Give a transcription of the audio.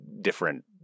different